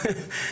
השטח,